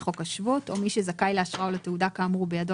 חוק השבות או מי שזכאי לאשרה או לתעודה כאמור בידו